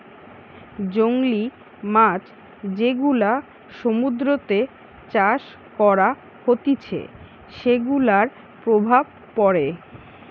জংলী মাছ যেগুলা সমুদ্রতে চাষ করা হতিছে সেগুলার প্রভাব পড়ে